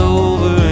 over